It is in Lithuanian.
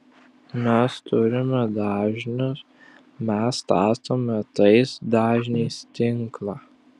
mes turime dažnius mes statome tais dažniais tinklą